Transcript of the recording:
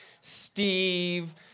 Steve